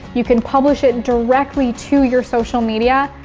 you can publish it directly to your social media.